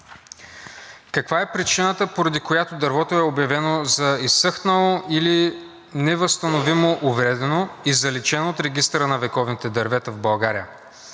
каква е причината, поради която дървото е обявено за изсъхнало или невъзстановимо увредено и заличено от Регистъра на вековните дървета в България?